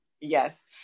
Yes